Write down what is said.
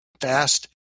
fast